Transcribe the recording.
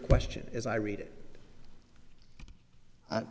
question as i read it